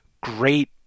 great